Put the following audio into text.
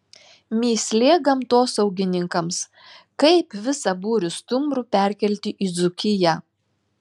mįslė gamtosaugininkams kaip visą būrį stumbrų perkelti į dzūkiją